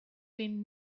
been